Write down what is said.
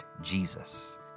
Jesus